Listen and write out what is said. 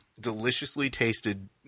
deliciously-tasted